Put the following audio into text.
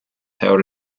held